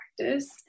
practice